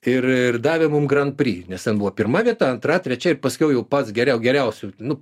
ir davė mums grand pri nes ten buvo pirma vieta antra trečia ir paskiau jau pats geriau geriausių nu